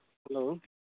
hello